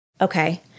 Okay